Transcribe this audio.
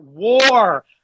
war